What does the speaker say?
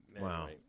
Wow